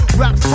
rap